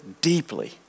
deeply